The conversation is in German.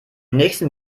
nächsten